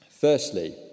Firstly